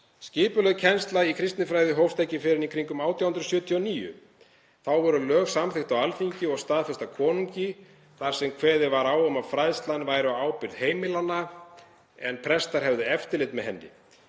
Skipulögð kennsla kristinfræði hófst ekki fyrr en í kringum 1879. Þá voru lög samþykkt á Alþingi og staðfest af konungi, þar sem kveðið var á um að fræðslan væri á ábyrgð heimilanna en prestar hefðu eftirlit með henni.